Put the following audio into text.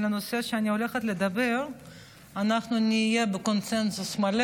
שעל הנושא שאני הולכת לדבר אנחנו נהיה בקונסנזוס מלא